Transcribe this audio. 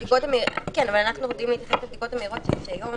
אנחנו יודעים להתייחס לבדיקות המהירות שיש היום.